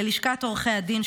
ללשכת עורכי הדין,